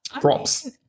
props